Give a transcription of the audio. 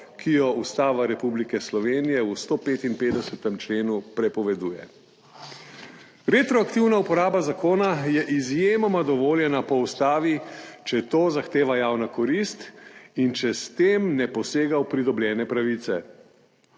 ki jo Ustava Republike Slovenije v 155. členu prepoveduje. Retroaktivna uporaba zakona je po ustavi izjemoma dovoljena, če to zahteva javna korist in če s tem ne posega v pridobljene pravice.